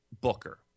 booker